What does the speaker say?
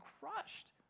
crushed